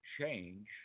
change